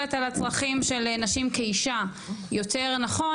מסתכלת על הצרכים של נשים כאישה יותר נכון,